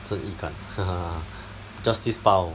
真义感 justice bao